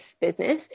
business